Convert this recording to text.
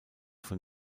von